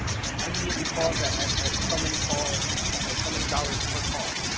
yeah, i can get you calls that at at so many calls at so many dollars per call?